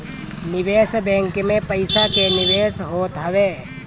निवेश बैंक में पईसा के निवेश होत हवे